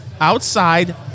Outside